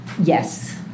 Yes